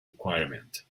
requirement